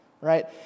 right